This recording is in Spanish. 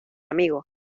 amigo